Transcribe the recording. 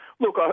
look